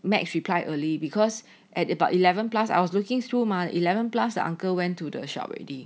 max reply early because at about eleven plus I was looking through mah eleven plus the uncle went to the shop already